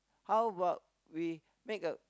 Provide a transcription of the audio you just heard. how about we make a